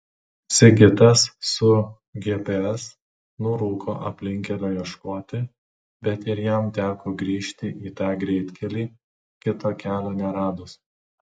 sigitas su gps nurūko aplinkkelio ieškoti bet ir jam teko grįžti į tą greitkelį kito kelio neradus